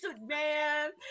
man